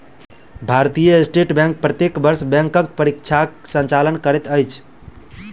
भारतीय state bank प्रत्येक वर्ष बैंक परीक्षाक संचालन करैत अछि